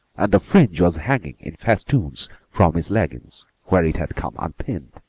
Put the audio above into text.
and the fringe was hanging in festoons from his leggins, where it had come unpinned.